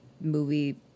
movie